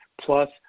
Plus